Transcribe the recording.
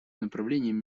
направлением